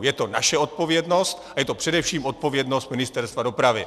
Je to naše odpovědnost a je to především odpovědnost Ministerstva dopravy.